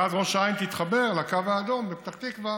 ואז ראש העין תתחבר לקו האדום בפתח תקווה